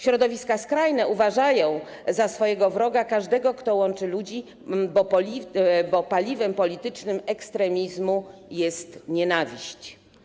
Środowiska skrajne uważają za swojego wroga każdego, kto łączy ludzi, bo paliwem politycznym ekstremizmu jest nienawiść.